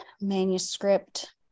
manuscript